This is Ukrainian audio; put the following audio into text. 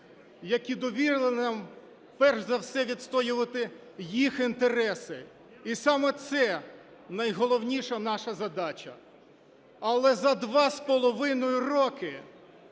які довірили нам перш за все відстоювати їх інтереси. І саме це найголовніша наша задача. Але за два з половиною роки